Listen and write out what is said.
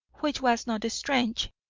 which was not strange,